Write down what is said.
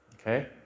Okay